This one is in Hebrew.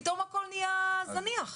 פתאום הכול נהיה זניח.